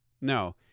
No